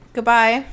Goodbye